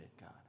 God